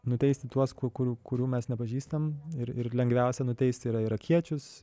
nuteisti tuos kur kurių mes nepažįstam ir lengviausia nuteisti yra irakiečius